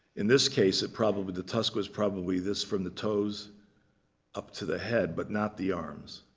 in this case, it probably the tusk was probably this from the toes up to the head, but not the arms.